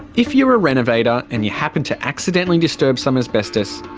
if you're a renovator, and you happen to accidentally disturb some asbestos,